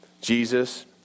Jesus